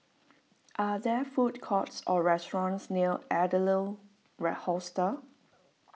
are there food courts or restaurants near Adler red Hostel